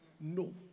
no